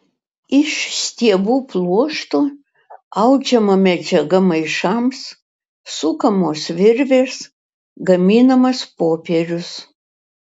iš stiebų pluošto audžiama medžiaga maišams sukamos virvės gaminamas popierius